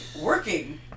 working